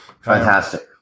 fantastic